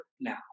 now